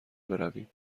برویم